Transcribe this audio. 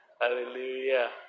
Hallelujah